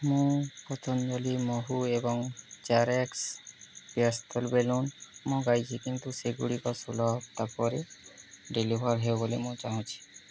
ମୁଁ ପତଞ୍ଜଲୀ ମହୁ ଏବଂ ଚ୍ୟାରେଏକ୍ସ୍ ପ୍ୟାଷ୍ଟେଲ୍ ବେଲୁନ୍ ମଗାଇଛି କିନ୍ତୁ ସେଗୁଡ଼ିକ ଷୋଳ ସପ୍ତାହ ପରେ ଡେଲିଭର୍ ହେଉ ବୋଲି ଚାହୁଁଛି